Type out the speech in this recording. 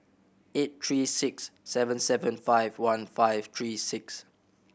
eight three six seven seven five one five three six